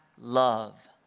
love